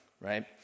right